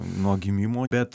nuo gimimo bet